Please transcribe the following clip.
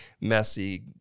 messy